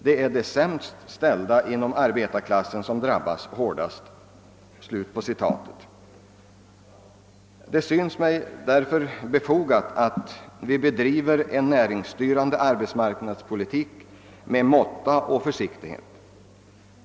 Det är de sämst ställda inom arbetarklassen som drabbas hårdast.» Det synes mig därför befogat att vi bedriver en näringsstyrande arbetsmarknadspolitik med måtta och försiktighet.